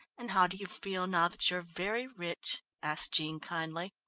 and how do you feel now that you're very rich? asked jean kindly.